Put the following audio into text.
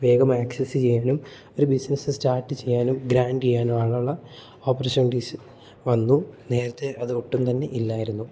വേഗം ആക്സസ് ചെയ്യാനും ഒരു ബിസിനസ്സ് സ്റ്റാർട്ട് ചെയ്യാനും ഗ്രാൻഡ് ചെയ്യാനും ആളുള്ള ഓപ്പർച്യൂണിറ്റീസ് വന്നു നേരത്തെ അത് ഒട്ടും തന്നെ ഇല്ലായിരുന്നു